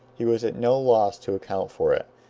he was at no loss to account for it,